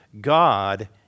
God